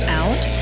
out